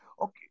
Okay